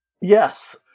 Yes